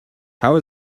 how